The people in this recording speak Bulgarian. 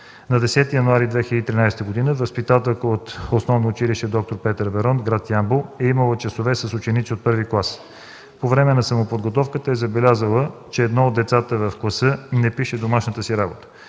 на 10 януари 2013 г. възпитателка от Основно училище „Д-р Петър Берон”, град Ямбол, е имала часове с ученици от първи клас. По време на самоподготовката е забелязала, че едно от децата в класа не пише домашната си работа.